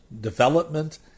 development